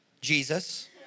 Jesus